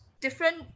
different